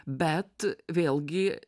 bet vėlgi